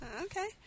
Okay